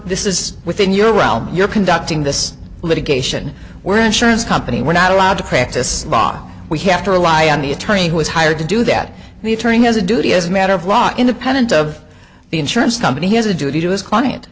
this is within your realm you're conducting this litigation we're insurance company we're not allowed to practice law we have to rely on the attorney who was hired to do that and the attorney has a duty as a matter of law independent of the insurance company has a duty to his client